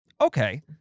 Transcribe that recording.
Okay